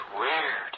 weird